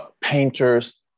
painters